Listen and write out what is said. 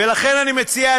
ולכן אני מציע,